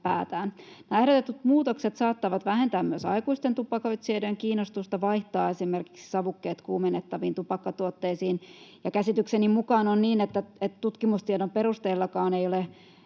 päätään. Nämä ehdotetut muutokset saattavat vähentää myös aikuisten tupakoitsijoiden kiinnostusta vaihtaa esimerkiksi savukkeet kuumennettaviin tupakkatuotteisiin, ja käsitykseni mukaan on niin, että tutkimustiedon perusteellakaan ei ole